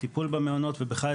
טיפול במעונות ובכלל,